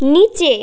নিচে